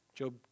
Job